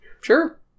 sure